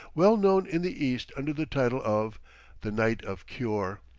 well known in the east under the title of the night of cure.